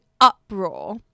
uproar